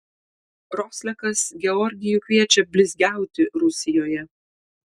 roslekas georgijų kviečia blizgiauti rusijoje